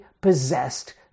possessed